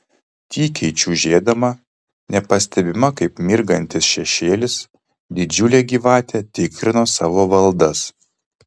tykiai čiužėdama nepastebima kaip mirgantis šešėlis didžiulė gyvatė tikrino savo valdas